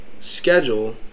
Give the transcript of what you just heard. schedule